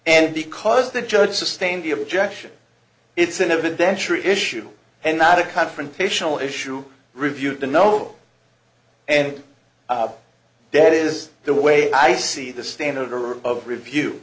and because the judge sustain the objection it's an adventure issue and not a confrontational issue reviewed to know and debt is the way i see the standard or